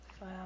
Wow